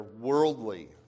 worldly